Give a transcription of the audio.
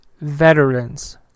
veterans